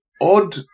odd